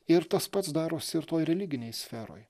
ir tas pats darosi ir toj religinėj sferoj